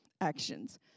actions